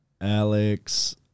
Alex